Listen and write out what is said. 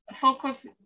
focus